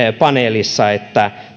paneelissa että